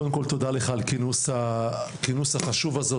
קודם כול תודה לך על הכינוס החשוב הזה.